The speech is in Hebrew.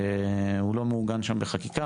הוא לא מעוגן שם בחקיקה,